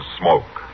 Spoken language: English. smoke